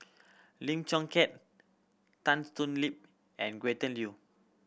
Lim Chong Keat Tan Thoon Lip and Gretchen Liu